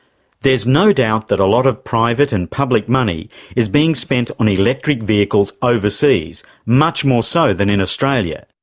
there's no doubt that a lot of private and public money is being spent on electric vehicles overseas, much more so than in australia.